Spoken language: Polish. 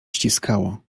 ściskało